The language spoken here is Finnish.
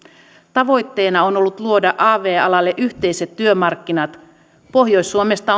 tavoitteena on ollut luoda av alalle yhteiset työmarkkinat pohjois suomesta